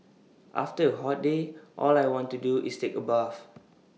after A hot day all I want to do is take A bath